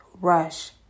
rush